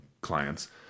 clients